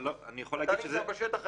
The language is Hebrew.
אתה נמצא בשטח,